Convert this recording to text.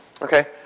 Okay